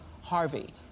harvey